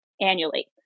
annually